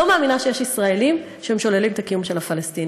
אני לא מאמינה שיש ישראלים ששוללים את הקיום של הפלסטינים,